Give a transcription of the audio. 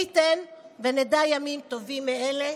מי ייתן ונדע ימים טובים מאלה.